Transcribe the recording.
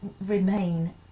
remain